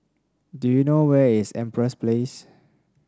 do you know where is Empress Place